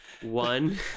One